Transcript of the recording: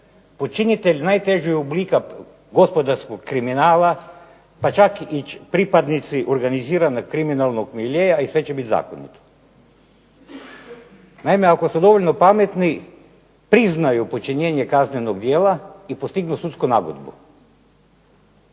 počinitelj najtežeg oblika gospodarskog kriminala, pa čak i pripadnici organiziranog kriminalnog miljea i sve će biti zakonito. Naime, ako su dovoljno pametni priznaju počinjenje kaznenog djela i postignu sudsku nagodbu,